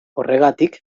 horregatik